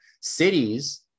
cities